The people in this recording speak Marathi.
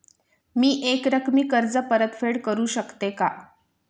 मी एकरकमी कर्ज परतफेड करू शकते का?